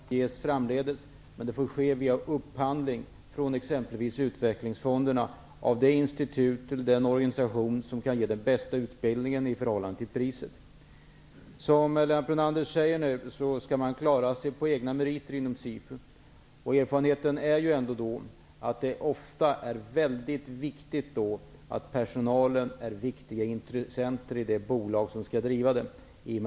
Fru talman! Helt kort ett klarläggande om SIFU. Meningen är att man skall jobba på normala villkor. Den typ av subventionerad utbildning som varit möjlig kommer att ges även framdeles. Men det får ske via upphandling från exempelvis utvecklingsfonderna och av det institut eller den organisation som kan ge den bästa utbildningen i förhållande till priset. Som Lennart Brunander säger skall man inom SIFU klara sig på egna meriter. Erfarenheten är den att det ofta är väldigt viktigt att betona att personalen är en betydelsefull intressent i det bolag som skall driva verksamheten.